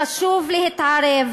חשוב להתערב